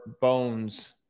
Bones